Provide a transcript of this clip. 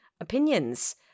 opinions